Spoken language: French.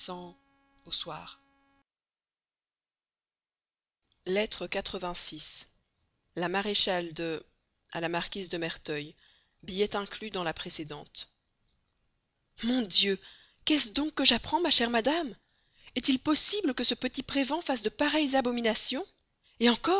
soir la maréchale de à la marquise de merteuil billet inclus dans la précédente mon dieu qu'est-ce donc que j'apprends ma chère madame est-il possible que ce petit prévan fasse de pareilles abominations encore